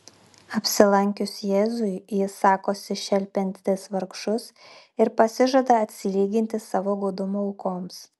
apsilankius jėzui jis sakosi šelpiantis vargšus ir pasižada atsilyginti savo godumo aukoms